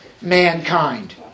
mankind